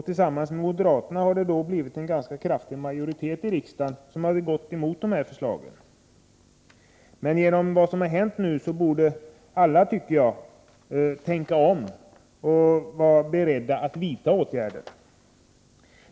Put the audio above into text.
Tillsammans med moderaterna har de bildat en ganska kraftig majoritet i riksdagen som har gått emot dessa förslag. Efter vad som har hänt borde alla tänka om och vara beredda att vidta åtgärder.